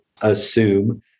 assume